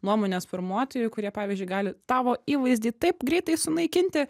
nuomonės formuotojų kurie pavyzdžiui gali tavo įvaizdį taip greitai sunaikinti